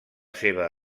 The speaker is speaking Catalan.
seva